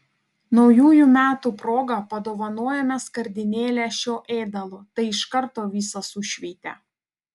naujųjų metų proga padovanojome skardinėlę šio ėdalo tai iš karto visą sušveitė